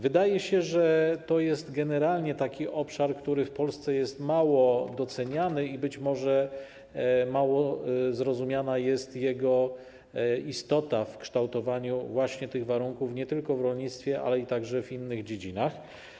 Wydaje się, że to jest generalnie taki obszar, który w Polsce jest mało doceniany, i być może mało zrozumiana jest jego istota, rola w kształtowaniu tych warunków nie tylko w rolnictwie, ale i także w innych dziedzinach.